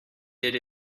did